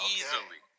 Easily